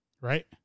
Right